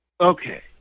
Okay